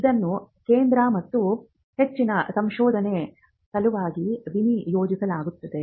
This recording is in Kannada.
ಇದನ್ನು ಕೇಂದ್ರ ಮತ್ತು ಹೆಚ್ಚಿನ ಸಂಶೋಧನೆ ಸಲುವಾಗಿ ವಿನಿಯೋಗಿಸಲಾಗುತ್ತದೆ